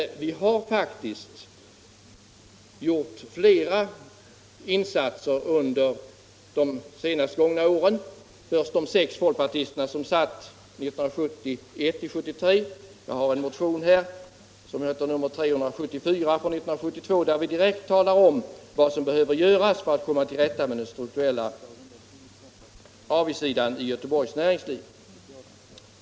Men vi har faktiskt gjort flera insatser under de senast gångna åren, t.ex. de sex folkpartister som satt på samma bänk 1971-1973. Jag har en motion här, nr 374 från 1972, där vi direkt talar om vad som behöver göras för att komma till rätta med den strukturella slagsidan i Göteborgs näringsliv.